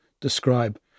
describe